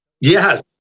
Yes